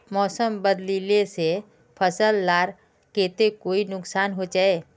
मौसम बदलिले से फसल लार केते कोई नुकसान होचए?